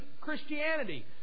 Christianity